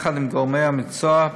יחד עם גורמי המקצוע,